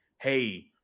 hey